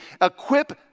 equip